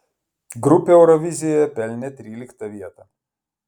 grupė eurovizijoje pelnė tryliktą vietą